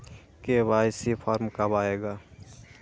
KYC form कब आए गा?